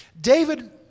David